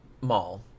mall